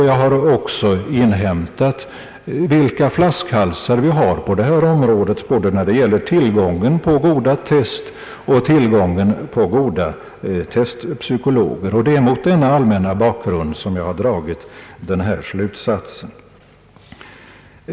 Jag har också inhämtat vilka flaskhalsar vi har på detta område både när det gäller tillgången på goda test och tillgången på goda testspykologer. Det är mot denna allmänna bakgrund som jag har dragit den här slutsatsen.